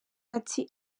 ati